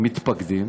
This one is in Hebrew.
המתפקדים,